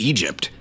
Egypt